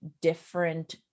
different